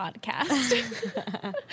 podcast